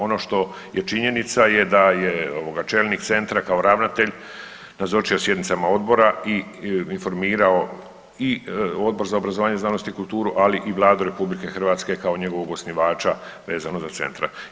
Ono što je činjenica da je čelnik centra kao ravnatelj nazočio sjednicama odbora i informirao i Odbor za obrazovanje znanost i kulturu, ali i Vladu RH kao njegovog osnivača vezano za centar.